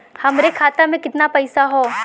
हमरे खाता में कितना पईसा हौ?